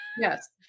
yes